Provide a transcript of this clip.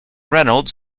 reynolds